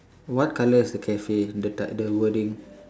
what colour is the cafe the t~ the wording